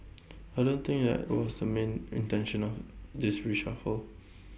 I don't think that was the main intention of this reshuffle